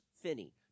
Finney